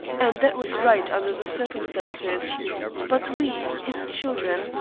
and that was right under the circumstances but we, his children,